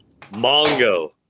Mongo